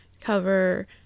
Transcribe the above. cover